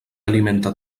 alimenta